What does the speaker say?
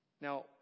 Now